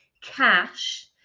cash